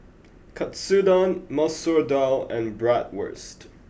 Katsudon Masoor Dal and Bratwurst